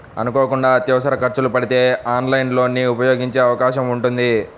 అనుకోకుండా అత్యవసర ఖర్చులు పడితే ఆన్లైన్ లోన్ ని ఉపయోగించే అవకాశం ఉంటుంది